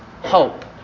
hope